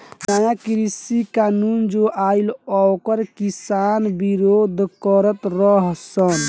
नया कृषि कानून जो आइल ओकर किसान विरोध करत रह सन